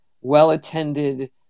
well-attended